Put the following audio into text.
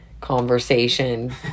conversation